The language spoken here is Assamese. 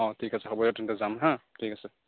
অ' ঠিক আছে হ'ব দিয়ক তেন্তে যাম হাঁ ঠিক আছে